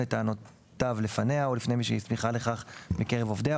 את טענותיו לפניה או לפני מי שהיא הסמיכה לכך מקרב עובדיה,